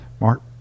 Mark